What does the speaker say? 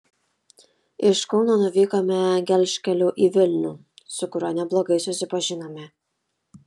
iš kauno nuvykome gelžkeliu į vilnių su kuriuo neblogai susipažinome